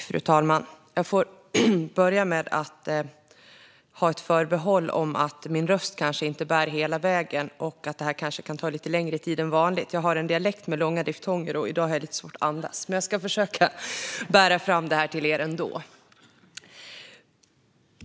Fru talman! Jag får börja med ett förbehåll om att min röst kanske inte bär hela vägen och att det kanske kan ta lite längre tid än vanligt. Jag har dialekt med långa diftonger, och i dag har jag lite svårt att andas. Men jag ska försöka att bära fram det till er ändå.